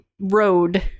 road